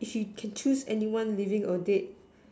if you can choose anyone living or dead